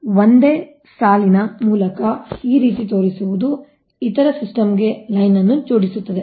ಆದ್ದರಿಂದ ಒಂದೇ ಸಾಲಿನ ಮೂಲಕ ಈ ರೀತಿ ತೋರಿಸುವುದು ಇತರ ಸಿಸ್ಟಮ್ ಗೆ ಲೈನ್ ಅನ್ನು ಜೋಡಿಸುತ್ತದೆ